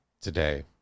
today